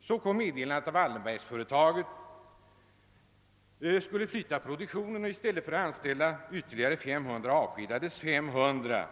så kom meddelande från Wallenbergföretaget att man skulle flytta delar av produktionen och i stället för att anställa ytterligare 500 man avskedade man lika många.